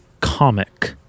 comic